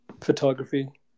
photography